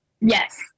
Yes